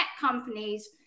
companies